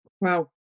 Wow